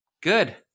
Good